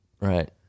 Right